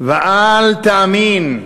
ואל תאמין,